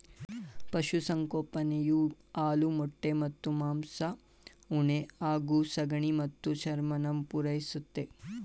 ಪಶುಸಂಗೋಪನೆಯು ಹಾಲು ಮೊಟ್ಟೆ ಮತ್ತು ಮಾಂಸ ಉಣ್ಣೆ ಹಾಗೂ ಸಗಣಿ ಮತ್ತು ಚರ್ಮನ ಪೂರೈಸುತ್ತೆ